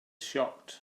shocked